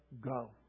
go